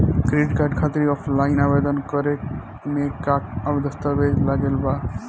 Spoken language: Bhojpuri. क्रेडिट कार्ड खातिर ऑफलाइन आवेदन करे म का का दस्तवेज लागत बा?